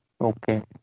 Okay